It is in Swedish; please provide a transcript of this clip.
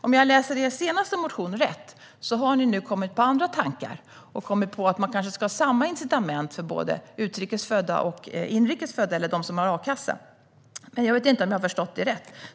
Om jag läser er senaste motion rätt har ni nu kommit på andra tankar och menar att man ska ha samma incitament för både utrikes födda och dem som har a-kassa. Men jag vet inte om jag har förstått det rätt.